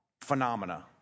phenomena